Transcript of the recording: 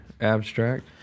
abstract